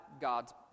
God's